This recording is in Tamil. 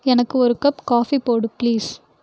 எனக்கு ஒரு கப் காஃபி போடு பிளீஸ்